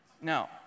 No